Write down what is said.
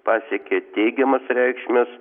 pasiekė teigiamas reikšmes